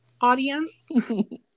audience